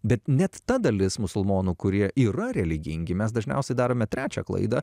bet net ta dalis musulmonų kurie yra religingi mes dažniausiai darome trečią klaidą